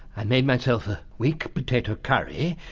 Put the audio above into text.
i made myself a weak potato curry,